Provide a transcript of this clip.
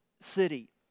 city